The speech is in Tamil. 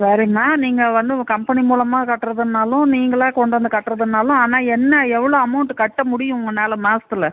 சரிம்மா நீங்கள் வந்து உன் கம்பெனி மூலமாக கட்டுறதுனாலும் நீங்களாக கொண்டு வந்து கட்டுறதுனாலும் ஆனால் என்ன எவ்வளோ அமௌண்ட்டு கட்ட முடியும் உங்கனால் மாதத்துல